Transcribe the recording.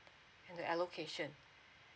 the allocation